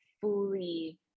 fully